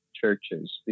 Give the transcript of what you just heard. churches